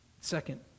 Second